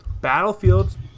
battlefields